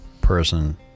person